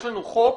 יש לנו חוק,